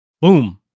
Boom